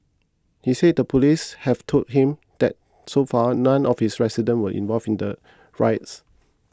he said the police have told him that so far none of his resident were involved in the riots